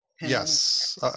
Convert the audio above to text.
Yes